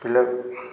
ପିଲା